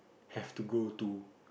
have to go to